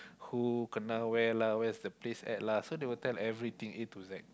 who kena where lah where's the place at lah so they will tell everything A to Z